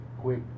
quick